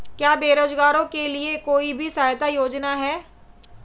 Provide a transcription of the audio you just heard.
क्या बेरोजगारों के लिए भी कोई सहायता योजना है?